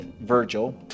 Virgil